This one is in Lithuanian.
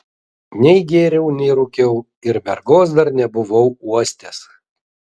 nei gėriau nei rūkiau ir mergos dar nebuvau uostęs